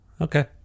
Okay